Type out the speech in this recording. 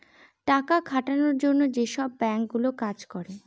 টাকা খাটানোর জন্য যেসব বাঙ্ক গুলো কাজ করে